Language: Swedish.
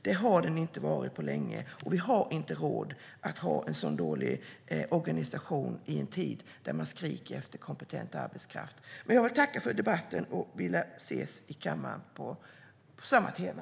Det har den inte varit på länge, och vi har inte råd att ha en så dålig organisation i en tid där man skriker efter kompetent arbetskraft. Jag vill tacka för debatten. Vi lär ses igen här i kammaren på samma tema.